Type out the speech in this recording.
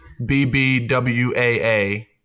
BBWAA